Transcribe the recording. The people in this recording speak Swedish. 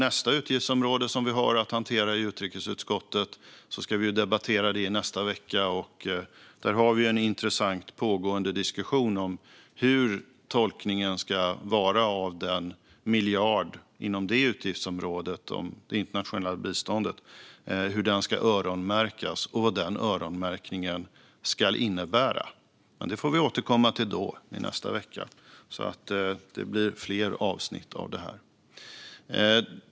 Nästa utgiftsområde som vi har att hantera i utrikesutskottet ska vi debattera i nästa vecka, och där har vi en intressant pågående diskussion om tolkningen av hur miljarden till det internationella biståndet ska öronmärkas och vad den öronmärkningen ska innebära. Det får vi dock återkomma till i nästa vecka, så det blir fler avsnitt av detta.